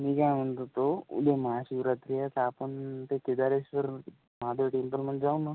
मी काय म्हणत होतो उद्या महाशिवरात्री आहे तर आपण ते केदारेश्वर महादेव टेंपलमध्ये जाऊ नं